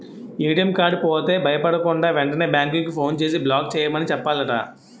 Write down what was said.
ATM card పోతే భయపడకుండా, వెంటనే బేంకుకి ఫోన్ చేసి బ్లాక్ చేయమని చెప్పాలట